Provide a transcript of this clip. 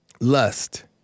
lust